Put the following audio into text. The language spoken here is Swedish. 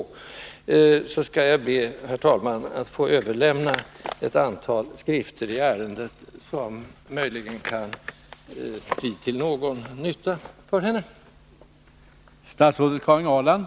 Därför skall jag be, herr talman, att få överlämna ett antal skrifter i ämnet, som möjligen kan bli till någon nytta för Karin Ahrland.